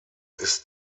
ist